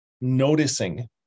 noticing